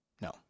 No